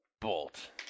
bolt